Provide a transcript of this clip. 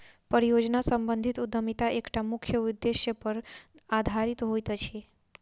परियोजना सम्बंधित उद्यमिता एकटा मुख्य उदेश्य पर आधारित होइत अछि